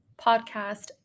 podcast